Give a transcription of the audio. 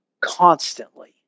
constantly